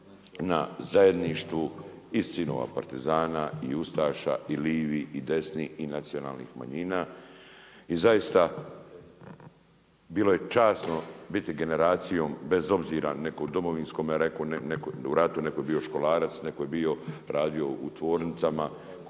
na zajedništvu i sinova partizana i ustaša i livi i desni i nacionalnih manjina. I zaista bilo je časno biti generacijom bez obzira neko u Domovinskome ratu neko je bio školarac, neko je bio u radio u tvornicama,